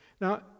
Now